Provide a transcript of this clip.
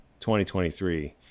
2023